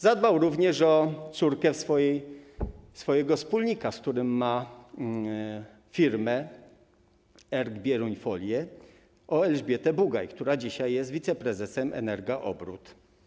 Zadbał również o córkę swojego wspólnika, z którym ma firmę ERG Bieruń - Folie, o Elżbietę Bugaj, która dzisiaj jest wiceprezesem Energa Obrót.